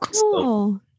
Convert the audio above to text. cool